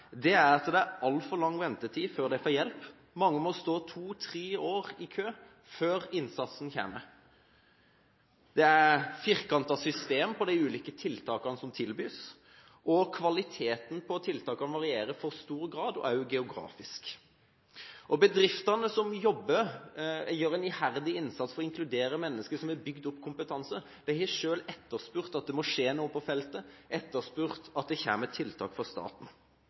er at det er altfor lang ventetid før de får hjelp. Mange må stå to–tre år i kø før innsatsen kommer. Det er firkantede systemer for de ulike tiltakene som tilbys, og kvaliteten på tiltakene varierer i for stor grad – og også geografisk. Bedriftene gjør en iherdig innsats for å inkludere mennesker som har bygget opp kompetanse. De har selv etterspurt at noe må skje på feltet, etterspurt tiltak fra staten. Poenget er: Vi trenger en mer ambisiøs politikk for